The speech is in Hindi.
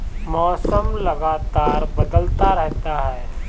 मौसम लगातार बदलता रहता है